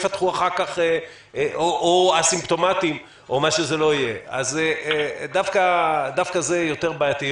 או אסימפטומטיים אז דווקא זה יותר בעייתי.